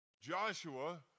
Joshua